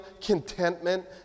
contentment